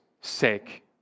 sake